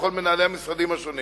לכל מנהלי המשרדים השונים